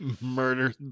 murder